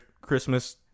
christmas